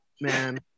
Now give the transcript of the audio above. man